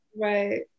Right